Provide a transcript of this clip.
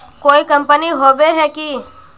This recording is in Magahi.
कोई कंपनी होबे है की?